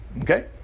Okay